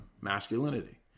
masculinity